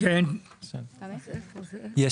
יש